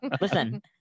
Listen